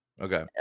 Okay